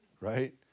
right